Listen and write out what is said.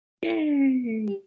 Yay